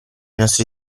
nostri